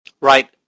Right